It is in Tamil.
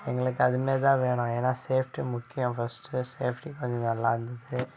எங்களுக்கு அது மாதிரி தான் வேணும் ஏன்னா சேஃப்டி முக்கியம் ஃபர்ஸ்ட்டு சேஃப்டி கொஞ்சம் நல்லாருந்தது